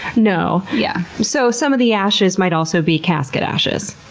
no. yeah so some of the ashes might also be casket ashes?